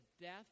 death